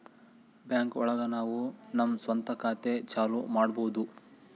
bank ಒಳಗ ನಾವು ನಮ್ ಸ್ವಂತ ಖಾತೆ ಚಾಲೂ ಮಾಡ್ಬೋದು